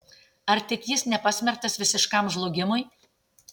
ar tik jis nepasmerktas visiškam žlugimui